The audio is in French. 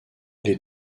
les